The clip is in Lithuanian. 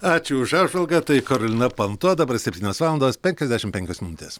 ačiū už apžvalgą tai karolina panto dabar septynios valandos penkiasdešimt penkios minutės